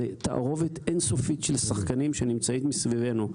זאת תערובת אין-סופית של שחקנים שנמצאים מסביבנו,